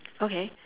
okay